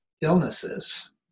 illnesses